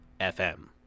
fm